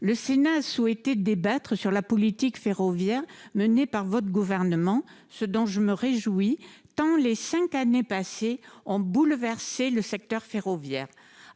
le Sénat a souhaité débattre sur la politique ferroviaire menée par votre gouvernement, ce dont je me réjouis, tant les 5 années passées en bouleverser le secteur ferroviaire,